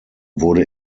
wurde